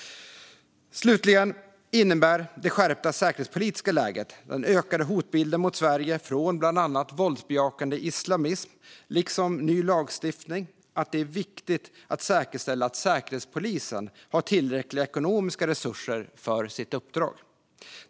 Det skärpta säkerhetspolitiska läget, den ökade hotbilden mot Sverige - bland annat från våldsbejakande islamism - och ny lagstiftning innebär att det är viktigt att säkerställa att Säkerhetspolisen har tillräckliga ekonomiska resurser för sitt uppdrag.